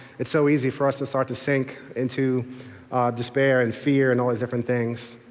it's so easy for us to start to sink into despair and fear and all those different things.